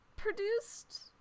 Produced